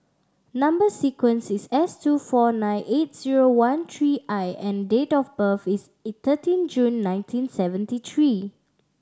number sequence is S two four nine eight zero one three I and date of birth is thirteen June nineteen seventy three